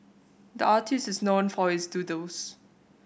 the artist is known for his doodles